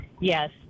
yes